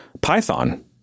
Python